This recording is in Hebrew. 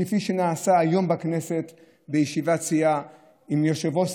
כפי שנעשה היום בכנסת בישיבת סיעה עם יושב-ראש